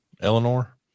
Eleanor